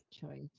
choice